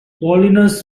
paulinus